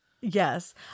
Yes